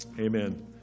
amen